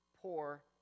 poor